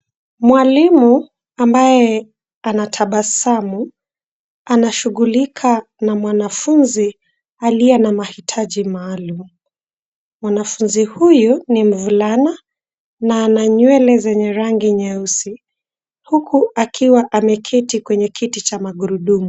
Mwalimu ambaye anatabasamu anashughulika na mwanafunzi aliye na mahitaji maalum. Mwanafunzi huyu ni mvulana, na ana nywele zenye rangi nyeusi huku akiwa ameketi kwenye kiti cha magurudumu.